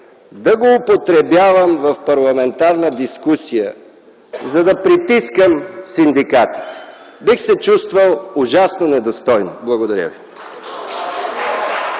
да го употребявам в парламентарна дискусия, за да притискам синдикати. Бих се чувствал ужасно недостойно! Благодаря ви.